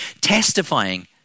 Testifying